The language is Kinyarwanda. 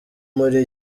muri